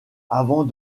avant